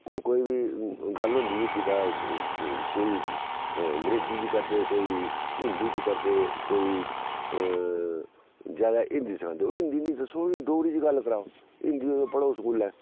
हून कोई बी गल्ल होंदी जेह्की तां कोई अंग्रेजी च करदे कोई हिंदी च करदे कोई ज्यादा हिंदी सखांदे ओह हिंदी मिकी दस्सो उनें डोगरी च गल्ल कराओ हिंदी उनें पढ़ाओ स्कूलै